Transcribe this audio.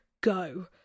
Go